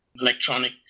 electronic